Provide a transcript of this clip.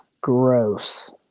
gross